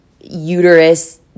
uterus